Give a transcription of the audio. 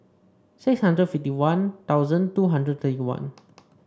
six hundred fifty One Thousand two hundred thirty one